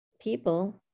people